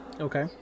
okay